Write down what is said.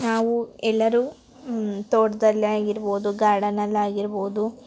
ನಾವು ಎಲ್ಲರೂ ತೋಟದಲ್ಲೇ ಆಗಿರ್ಬೋದು ಗಾರ್ಡನಲ್ಲಿ ಆಗಿರ್ಬೋದು